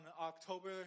October